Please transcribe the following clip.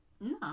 No